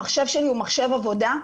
המחשב שלי הוא מחשב עבודה.